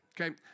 okay